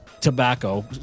tobacco